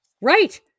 Right